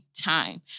time